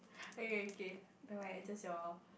okay okay never mind is just your